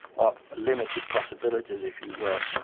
of limited possibilities, if you will.